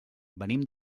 venim